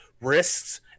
risks